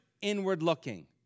inward-looking